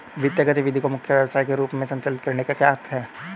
वित्तीय गतिविधि को मुख्य व्यवसाय के रूप में संचालित करने का क्या अर्थ है?